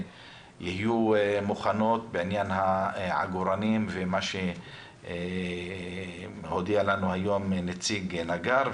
יהיו מוכנות בעניין העגורנים ומה שהודיע לנו היום הנציג נגר,